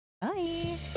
Bye